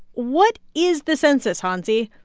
what is the census, hansi?